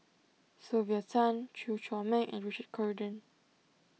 Sylvia Tan Chew Chor Meng and Richard Corridon